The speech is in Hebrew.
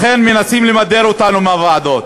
לכן מנסים למדר אותנו מהוועדות,